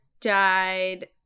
died